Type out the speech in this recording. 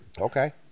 Okay